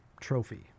trophy